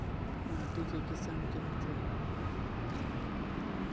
माटी के किसम के होथे?